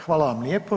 Hvala vam lijepo.